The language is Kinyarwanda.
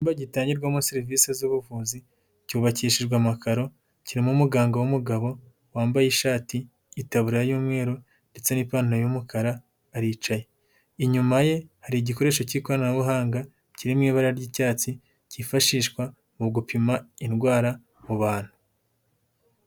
Icyumba gitangirwamo serivise z'ubuvuzi cyubakishijwe amakaro, kirimo umuganga w'umugabo wambaye ishati, itaburiya y'umweru ndetse n'ipantaro y'umukara aricaye, inyuma ye hari igikoresho cy'ikoranabuhanga kiri mu ibara ry'icyatsi cyifashishwa mu gupima indwara mu bantu.